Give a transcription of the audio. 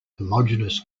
homogeneous